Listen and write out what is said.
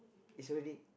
is already